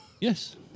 Yes